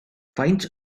faint